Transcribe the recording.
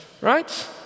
right